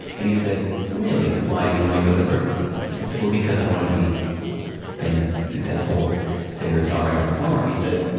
and he said, really? why do you wanna go to berklee? and, i said, but because i wanna be a famous, successful singer songwriter performer. he said,